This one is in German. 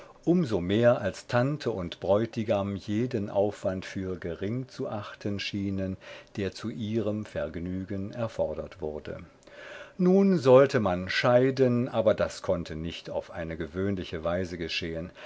so mehr als tante und bräutigam jeden aufwand für gering zu achten schienen der zu ihrem vergnügen erfordert wurde nun sollte man scheiden aber das konnte nicht auf eine gewöhnliche weise geschehen